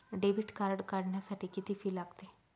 Debit card काढण्यासाठी किती fee लागते?